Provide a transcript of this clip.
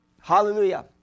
Hallelujah